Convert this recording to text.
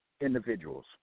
individuals